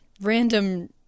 random –